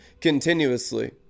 continuously